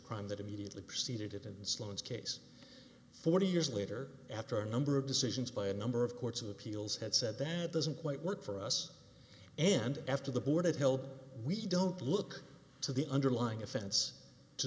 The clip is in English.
crime that immediately preceded it in sloan's case forty years later after a number of decisions by a number of courts of appeals had said that doesn't quite work for us and after the board had help we don't look to the underlying offense to